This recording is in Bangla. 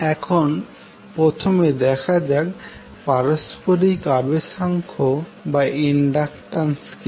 এখন প্রথমে দেখা যাক পারস্পরিক আবেশাঙ্ক বা ইন্ডাক্টান্স কি